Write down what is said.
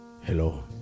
Hello